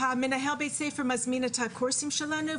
מנהל בית הספר מזמין את הקורסים שלנו,